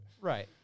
Right